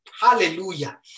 Hallelujah